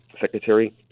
secretary